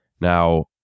Now